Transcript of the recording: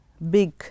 big